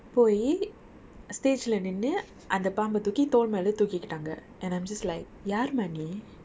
போய்:poyi stage லே நின்னு அந்த பாம்பை தூக்கி தோள் மேலே தூக்கிகுட்டாங்கே: le ninnu antha paambai thooki tholmelai thookikuttaangae and I'm just like யாரு:yaaru lah நீ:nee